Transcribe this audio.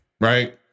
right